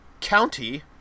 County